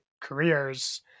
careers